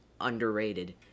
underrated